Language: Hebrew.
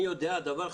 אני יודע דבר אחד,